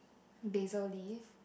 basil leaf